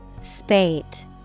Spate